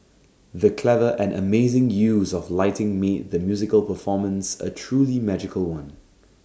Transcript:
the clever and amazing use of lighting made the musical performance A truly magical one